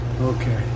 Okay